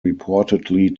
reportedly